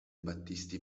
battisti